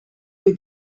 wir